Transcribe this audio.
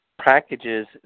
Packages